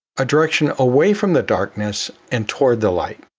a direction away from the darkness and toward the light.